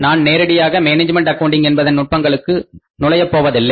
நான் நேரடியாக management accounting என்பதன் நுட்பங்களுக்கு நுழையப்போவதில்லை